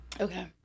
Okay